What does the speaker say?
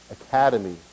academy